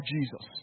Jesus